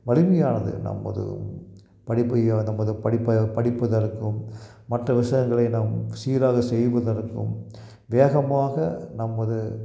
வலிமையானது நமது படிப்பையோ நமது படிப்பை படிப்பதற்கும் மற்ற விஷயங்களை நம் சீராக செய்வதற்கும் வேகமாக நமது